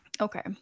okay